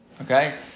Okay